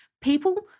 people